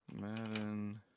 Madden